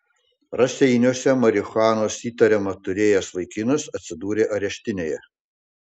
raseiniuose marihuanos įtariama turėjęs vaikinas atsidūrė areštinėje